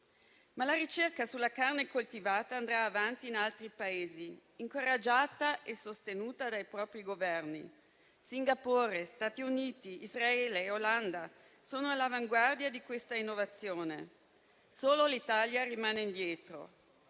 ma la ricerca sulla carne coltivata andrà avanti in altri Paesi, incoraggiata e sostenuta dai Governi. Singapore, Stati Uniti, Israele e Olanda sono all'avanguardia di questa innovazione. Solo l'Italia rimane indietro.